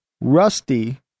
Rusty